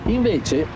Invece